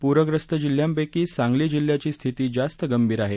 पूरग्रस्त जिल्ह्यांपैकी सांगली जिल्ह्याची स्थिती जास्त गंभीर आहे